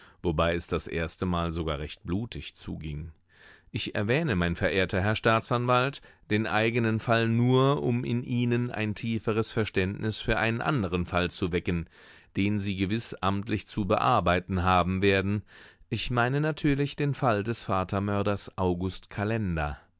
wobei es das erstemal sogar recht blutig zuging ich erwähne mein verehrter herr staatsanwalt den eigenen fall nur um in ihnen ein tieferes verständnis für einen anderen fall zu wecken den sie gewiß amtlich zu bearbeiten haben werden ich meine natürlich den fall des vatermörders august kalender